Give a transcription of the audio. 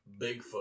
Bigfoot